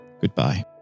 goodbye